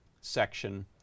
section